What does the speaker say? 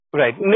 right